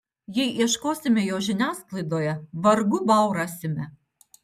jei ieškosime jo žiniasklaidoje vargu bau rasime